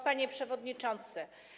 Panie Przewodniczący!